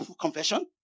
confession